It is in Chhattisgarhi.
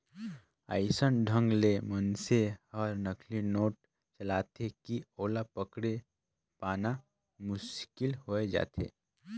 अइसन ढंग ले मइनसे हर नकली नोट चलाथे कि ओला पकेड़ पाना मुसकिल होए जाथे